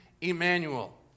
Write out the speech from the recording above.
Emmanuel